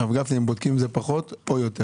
הרב גפני, הם בודקים אם זה פחות או יותר